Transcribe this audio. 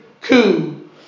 coup